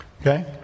Okay